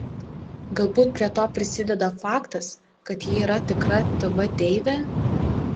galbūt prie to prisideda faktas kad ji yra tikra tv deivė